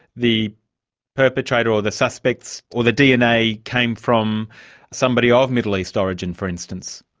the perpetrator or the suspects or the dna came from somebody ah of middle east origin, for instance.